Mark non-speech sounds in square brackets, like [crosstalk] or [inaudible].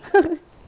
[laughs]